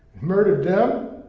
murdered them,